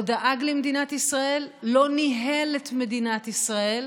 לא דאג למדינת ישראל, לא ניהל את מדינת ישראל,